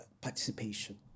participation